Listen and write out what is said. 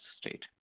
state